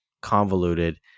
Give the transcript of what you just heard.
convoluted